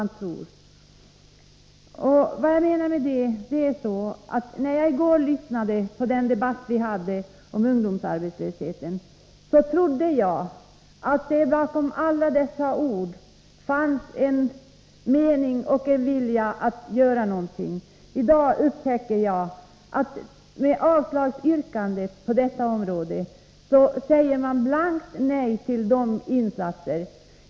När jag i går lyssnade på debatten om ungdomsarbetslösheten, trodde jag att det bakom alla dessa ord fanns en mening och en vilja att göra någonting. I dag upptäcker jag att man med ett avslagsyrkande säger blankt nej till alla insatser.